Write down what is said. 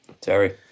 Terry